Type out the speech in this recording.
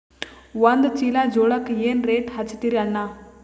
ಒಂದ ಚೀಲಾ ಜೋಳಕ್ಕ ಏನ ರೇಟ್ ಹಚ್ಚತೀರಿ ಅಣ್ಣಾ?